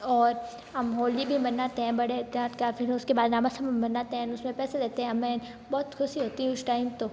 और हम होली भी मनाते हैं बड़े तहत का फिर उसके बाद नामसम मनाते हैं एन उसमें पैसे देते हैं हमें बहुत ख़ुशी होती उस टाइम तो